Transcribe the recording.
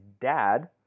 dad